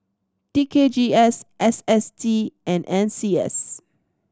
T K G S S S T and N C S